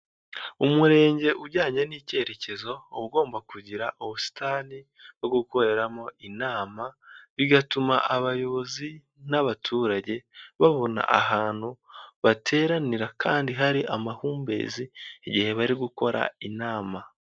Umurenge ujyanye n'icyerekezo ugomba kugira ubusitani bwo gukoreramo inama, bigatuma abayobozi n'abaturage babona ahantu bateranira kandi hari amahumbezi igihe bari gukora inama.